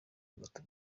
agata